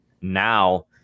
now